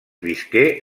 visqué